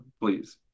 please